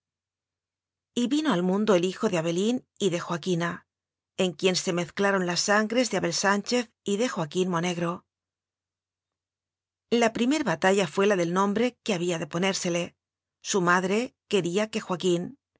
vino al mundo el hijo de abelín y de joaquina en quien se mezclaron las sangres de abel sánchez y de joaquín monegro la primer batalla fué la del nombre que había de ponérsele su madre quería que